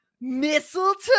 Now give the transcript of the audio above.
Mistletoe